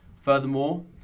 Furthermore